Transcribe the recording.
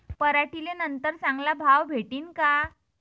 पराटीले नंतर चांगला भाव भेटीन का?